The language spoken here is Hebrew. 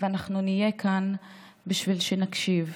ואנחנו נהיה כאן בשביל להקשיב.